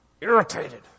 irritated